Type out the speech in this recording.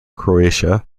croatia